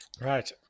Right